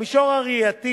המישור הראייתי,